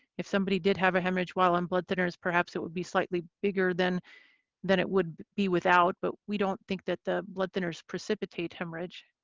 if somebody did have a hemorrhage while on and blood thinners, perhaps it would be slightly bigger than than it would be without, but we don't think that the blood thinners precipitate hemorrhage.